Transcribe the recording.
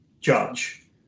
judge